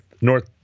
north